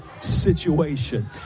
situation